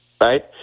Right